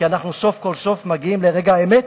כי אנחנו סוף כל סוף מגיעים לרגע האמת,